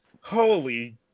Holy